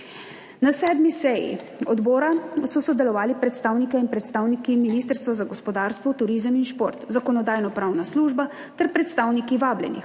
Na 7. seji odbora so sodelovali predstavniki in predstavnice Ministrstva za gospodarstvo, turizem in šport, Zakonodajno-pravna služba ter predstavniki vabljenih,